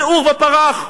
זה עורבא פרח.